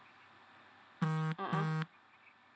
mmhmm